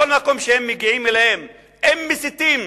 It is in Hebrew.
בכל מקום שהם מגיעים אליו הם מסיתים,